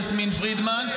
יסמין פרידמן,